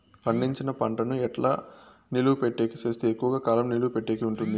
పండించిన పంట ను ఎట్లా నిలువ పెట్టేకి సేస్తే ఎక్కువగా కాలం నిలువ పెట్టేకి ఉంటుంది?